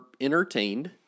entertained